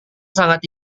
sangat